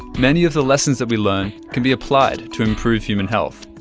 many of the lessons that we learn can be applied to improve human health.